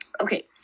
okay